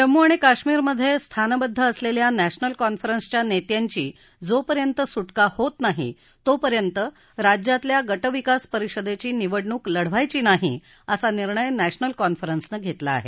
जम्मू आणि काश्मिरमध्ये स्थानबद्ध असलेल्या नश्मिल कॉन्फरन्सच्या नेत्यांचीजोपर्यंत सुटका होत नाही तोपर्यंत राज्यातल्या गट विकास परिषदेची निवडणूक लढवायची नाही असा निर्णय नध्यमल कॉन्फरन्सनं घेतला आहे